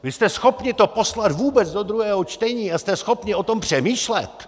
Vy jste schopni to poslat vůbec do druhého čtení a jste schopni o tom přemýšlet?!